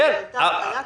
והלאה.